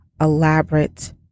elaborate